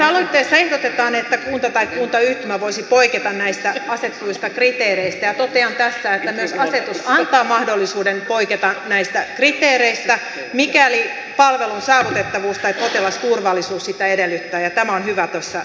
tässä aloitteessa ehdotetaan että kunta tai kuntayhtymä voisi poiketa näistä asetetuista kriteereistä ja totean tässä että myös asetus antaa mahdollisuuden poiketa näistä kriteereistä mikäli palvelun saavutettavuus tai potilasturvallisuus sitä edellyttää ja tämä on hyvä tässä todeta